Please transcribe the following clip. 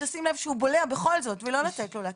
תשים לב שהוא בולע בכל זאת ולא לתת לו להקיא.